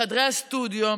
לחדרי הסטודיו,